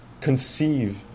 conceive